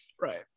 right